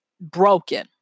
broken